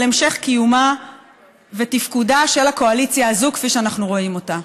על המשך קיומה ותפקודה של הקואליציה הזאת כפי שאנו רואים אותה.